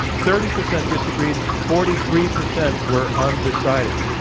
thirty percent disagreed, forty three percent were undecided.